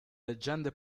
leggende